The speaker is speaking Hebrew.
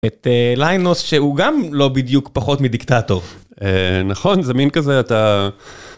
את ליינוס שהוא גם לא בדיוק פחות מדיקטטור. נכון זה מין כזה אתה...